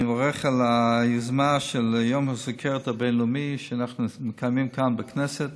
אני מברך על היוזמה של יום הסוכרת הבין-לאומי שאנחנו מקיימים כאן בכנסת,